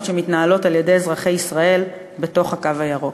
שמתנהלות על-ידי אזרחי ישראל בתוך הקו הירוק.